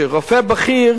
שרופא בכיר